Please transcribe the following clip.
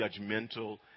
judgmental